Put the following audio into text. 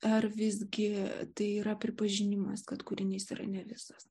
ar visgi tai yra pripažinimas kad kūrinys yra ne visas